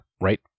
right